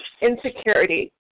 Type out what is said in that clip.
insecurity